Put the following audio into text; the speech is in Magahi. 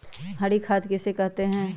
हरी खाद किसे कहते हैं?